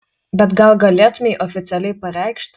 bet gal galėtumei oficialiai pareikšti